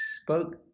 spoke